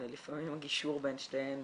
ולפעמים הגישור בין שתיהן